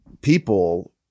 people